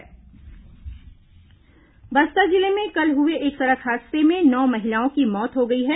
सड़क हादसा बस्तर जिले में कल हुए एक सड़क हादसे में नौ महिलाओं की मौत हो गई है